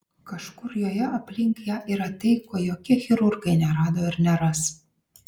kažkur joje aplink ją yra tai ko jokie chirurgai nerado ir neras